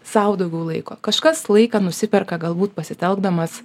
sau daugiau laiko kažkas laiką nusiperka galbūt pasitelkdamas